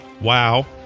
wow